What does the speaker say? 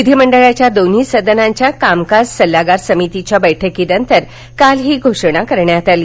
विधीमंडळाच्या दोन्ही सदनांच्या कामकाज सल्लागार समितीच्या बैठकीनंतर काल ही घोषणा करण्यात आली